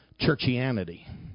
churchianity